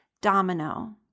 domino